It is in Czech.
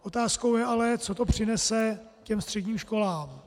Otázkou ale je, co to přinese těm středním školám.